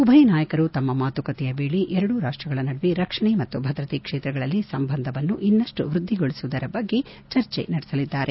ಉಭಯ ನಾಯಕರು ತಮ್ಮ ಮಾತುಕತೆಯ ವೇಳೆ ಎರಡೂ ರಾಷ್ಲಗಳ ನಡುವೆ ರಕ್ಷಣೆ ಮತ್ತು ಭದ್ರತೆ ಕ್ಷೇತ್ರಗಳಲ್ಲಿ ಸಂಬಂಧವನ್ನು ಇನ್ನಷ್ಟು ವೃದ್ಧಿಗೊಳಿಸುವುದರ ಬಗ್ಗೆ ಚರ್ಚೆ ನಡೆಸಲಿದ್ದಾರೆ